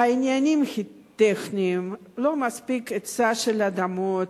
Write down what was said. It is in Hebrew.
העניינים הם טכניים, אין מספיק היצע של אדמות,